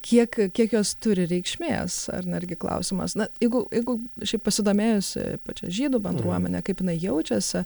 kiek kiek jos turi reikšmės ar ne irgi klausimas na jeigu jeigu šiaip pasidomėjus pačia žydų bendruomene kaip jinai jaučiasi